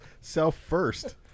Self-first